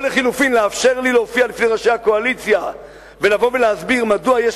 או לחלופין לאפשר לי להופיע בפני ראשי הקואליציה ולבוא ולהסביר מדוע יש